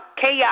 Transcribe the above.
chaos